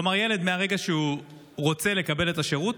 כלומר, ילד, מהרגע שהוא רוצה לקבל את השירות,